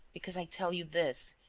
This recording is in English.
because i tell you this,